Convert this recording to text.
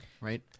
Right